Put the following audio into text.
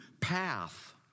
path